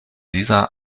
dieser